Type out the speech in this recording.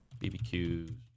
BBQ